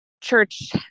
church